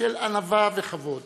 של ענווה וכבוד